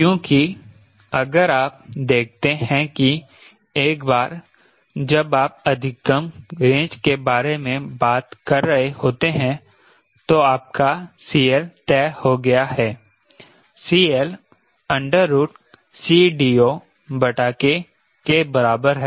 क्योंकि अगर आप देखते हैं कि एक बार जब आप अधिकतम रेंज के बारे में बात कर रहे होते हैं तो आपका CL तय हो गया है CLCDOK के बराबर है